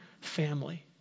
family